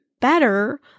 better